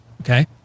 okay